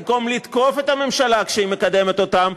במקום לתקוף את הממשלה כשהיא מקדמת אותן,